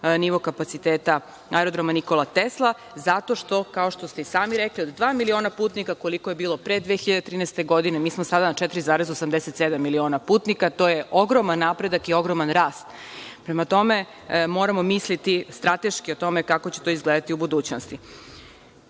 nivo kapaciteta Aerodroma „Nikola Tesla“, zato što, kao što ste i sami rekli, od dva miliona putnika koliko je bilo pre 2013. godine, mi smo sada na 4,87 miliona putnika. To je ogroman napredak i ogroman rast. Prema tome, moramo misliti strateški o tome kako će to izgledati u budućnosti. Ne